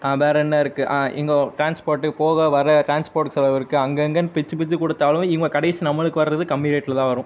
வேறு என்ன இருக்குது ஆ இங்கே ட்ரான்ஸ்போர்ட்டு போக வர ட்ரான்ஸ்போர்ட்டு செலவு இருக்குது அங்கே அங்கேன்னு பிச்சு பிச்சு கொடுத்தாலும் இவன் கடைசி நம்மளுக்கு வர்றது கம்மி ரேட்டில் தான் வரும்